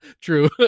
True